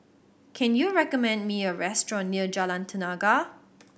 can you recommend me a restaurant near Jalan Tenaga